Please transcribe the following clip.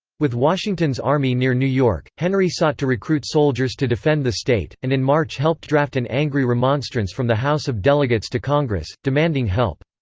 with washington's army near new york, henry sought to recruit soldiers to defend the state, and in march helped draft an angry remonstrance from the house of delegates to congress, demanding help.